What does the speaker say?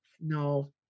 No